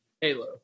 Halo